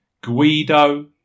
Guido